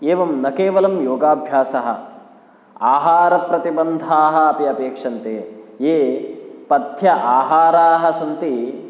एवं न केवलं योगाभ्यासः आहारप्रतिबन्धाः अपि अपेक्षन्ते ये पथ्य आहाराः सन्ति